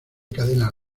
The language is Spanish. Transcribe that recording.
cadena